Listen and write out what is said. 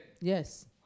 Yes